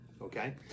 okay